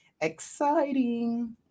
Exciting